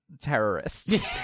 terrorists